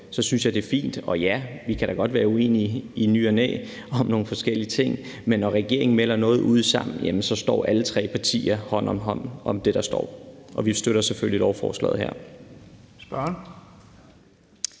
synes jeg, det er fint. Og ja, vi kan da godt være uenige i ny og næ om nogle forskellige ting, men når regeringen melder noget ud sammen, står alle tre partier hånd i hånd om det, der står, og vi støtter selvfølgelig lovforslaget her.